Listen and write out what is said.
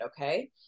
Okay